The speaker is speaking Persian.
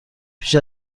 پیش